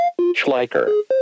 Schleicher